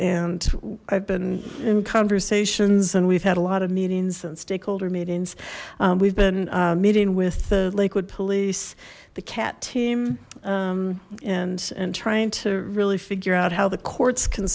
and i've been in conversations and we've had a lot of meetings and stakeholder meetings we've been meeting with the lakewood police the cat team and and trying to really figure out how the courts can